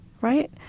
Right